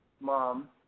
mom